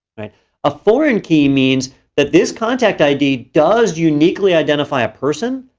a foreign key means that this contact id does uniquely identify a person.